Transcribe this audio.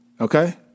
Okay